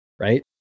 right